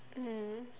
mm